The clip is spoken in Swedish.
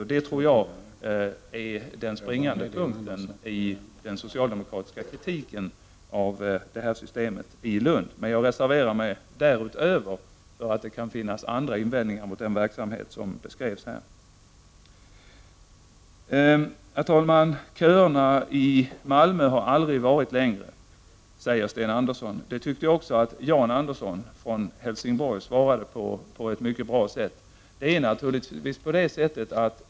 Här finns den springande punkten i den socialdemokratiska kritiken av systemet i Lund, men jag reserverar mig för att det därutöver kan finnas andra invändningar mot den verksamhet som har beskrivits. Herr talman! Köerna i Malmö har aldrig varit längre, säger Sten Andersson i Malmö. Jan Andersson från Helsingborg svarade på ett mycket bra sätt på detta.